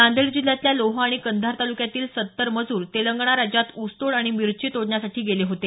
नांदेड जिल्ह्यातल्या लोहा आणि कंधार तालुक्यातील सत्तर मजूर तेलंगणा राज्यात ऊसतोड आणि मिरची तोडण्यासाठी गेले होते